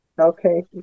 Okay